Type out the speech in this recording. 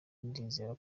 ndizera